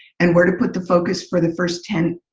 and where to put the focus for the first ten